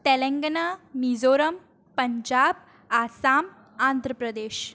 Telangana Mizoram Punjab Assam Andhra Pradesh